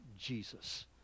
Jesus